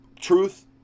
truth